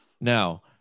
Now